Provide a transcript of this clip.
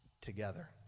together